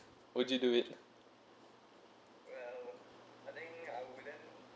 would you do it